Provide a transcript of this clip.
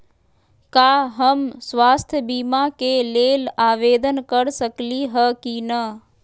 का हम स्वास्थ्य बीमा के लेल आवेदन कर सकली ह की न?